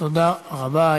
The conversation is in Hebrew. תודה רבה.